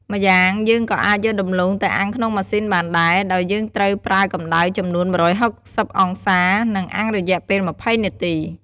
ម្យ៉ាងយើងក៏អាចយកដំទ្បូងទៅអាំងក្នុងម៉ាស៊ីនបានដែរ ដោយយើងត្រូវប្រើកម្ដៅចំនួន១៦០អង្សា និងអាំងរយៈពេល២០នាទី។